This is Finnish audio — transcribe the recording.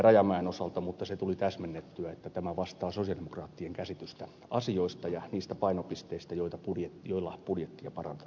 rajamäen osalta mutta se tuli täsmennettyä että tämä vastaa sosialidemokraattien käsitystä asioista ja niistä painopisteistä joilla budjettia pitäisi parantaa